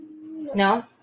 No